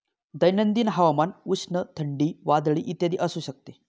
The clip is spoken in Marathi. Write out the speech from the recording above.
दैनंदिन हवामान उष्ण, थंडी, वादळी इत्यादी असू शकते